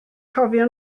cofio